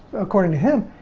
according to him,